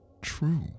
true